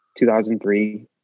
2003